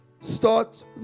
Start